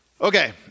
Okay